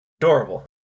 Adorable